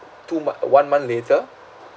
two mo~ one month later